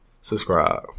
subscribe